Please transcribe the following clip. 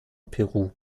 peru